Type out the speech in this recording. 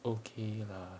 okay lah